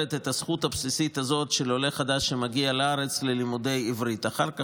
את הזכות הבסיסית הזאת ללימודי עברית של עולה חדש שמגיע לארץ.